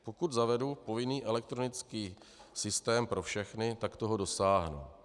Pokud zavedu povinný elektronický systém pro všechny, tak toho dosáhnu.